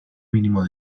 mínimo